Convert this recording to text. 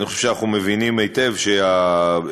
אני חושב שאנחנו מבינים היטב שבקשת